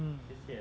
um